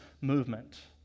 movement